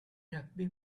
rugby